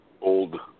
old